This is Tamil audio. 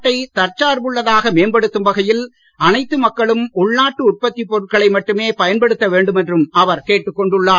நாட்டை தற்சார்புள்ளதாக மேம்படுத்தும் வகையில் அனைத்து மக்களும் உள்நாட்டு உற்பத்தி பொருட்களை மட்டுமே பயன்படுத்த வேண்டும் என்றும் அவர் கேட்டுக்கொண்டுள்ளார்